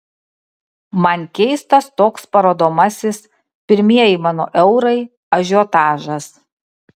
man keistas toks parodomasis pirmieji mano eurai ažiotažas